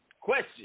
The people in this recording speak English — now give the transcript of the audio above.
Question